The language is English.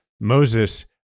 Moses